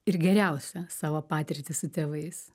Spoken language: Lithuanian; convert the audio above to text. ir geriausią savo patirtį su tėvais